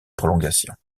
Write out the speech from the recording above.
prolongation